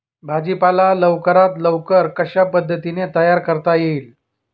भाजी पाला लवकरात लवकर कशा पद्धतीने तयार करता येईल?